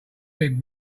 kid